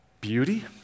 beauty